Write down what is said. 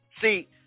See